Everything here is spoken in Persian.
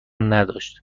نداشت